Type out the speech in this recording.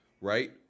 right